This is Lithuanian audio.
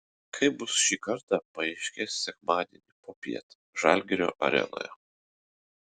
kaip bus šį kartą paaiškės sekmadienį popiet žalgirio arenoje